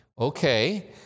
okay